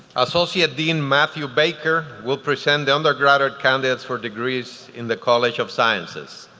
associate dean matthew baker will present the undergraduate candidates for degrees in the college of sciences.